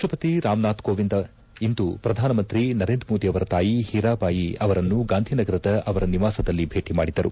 ರಾಷ್ಷಪತಿ ರಾಮ್ನಾಥ್ ಕೋವಿಂದ್ ಇಂದು ಪ್ರಧಾನಮಂತ್ರಿ ನರೇಂದ್ರ ಮೋದಿ ಅವರ ತಾಯಿ ಹೀರಾಬಾಯಿ ಅವರನ್ನು ಗಾಂಧಿನಗರದ ಅವರ ನಿವಾಸದಲ್ಲಿ ಭೇಟಿ ಮಾಡಿದರು